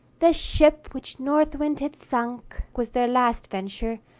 the ship which north wind had sunk was their last venture,